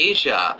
Asia